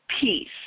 peace